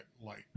light